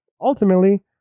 ultimately